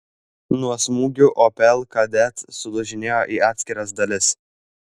nuo smūgių opel kadett sulūžinėjo į atskiras dalis